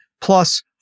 plus